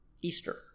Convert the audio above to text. Easter